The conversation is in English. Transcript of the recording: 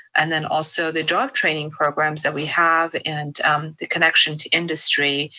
and then also the job training programs that we have and the connection to industry.